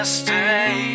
stay